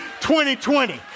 2020